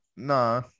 No